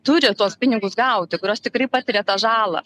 turi tuos pinigus gauti kurios tikrai patiria tą žalą